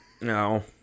No